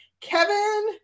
Kevin